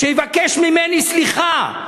שיבקש ממני סליחה.